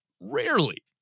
rarely